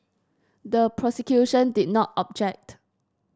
the prosecution did not object